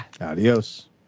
Adios